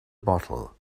bottle